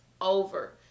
over